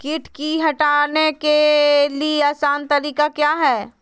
किट की हटाने के ली आसान तरीका क्या है?